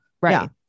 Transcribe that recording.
Right